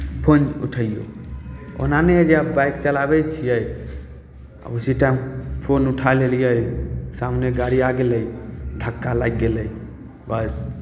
phone उठैयौ ओना नहि हइ जे आब बाइक चलाबै छियै आ उसी टाइम फोन उठा लेलियै सामने गाड़ी आ गेलै धक्का लागि गेलै बस